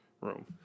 room